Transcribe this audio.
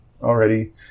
already